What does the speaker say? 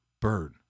burn